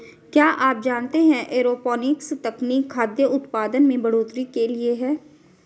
क्या आप जानते है एरोपोनिक्स तकनीक खाद्य उतपादन में बढ़ोतरी के लिए है?